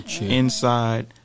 inside